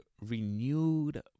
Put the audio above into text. renewed